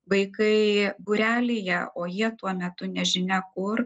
vaikai būrelyje o jie tuo metu nežinia kur